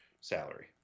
salary